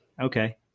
okay